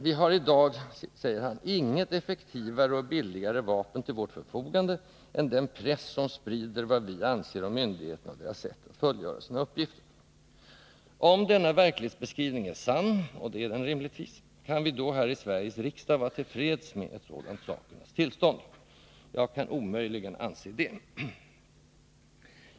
——— Vi har i dag inget effektivare och billigare vapen till vårt förfogande än den press som sprider vad vi anser om myndigheterna och deras sätt att fullgöra sina uppgifter.” Om denna verklighetsbeskrivning är sann — och det är den rimligtvis — kan vi då här i Sveriges riksdag vara till freds med ett sådant sakernas tillstånd? Jag kan omöjligen anse det.